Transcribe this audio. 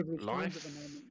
life